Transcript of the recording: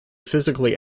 physically